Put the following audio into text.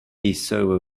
server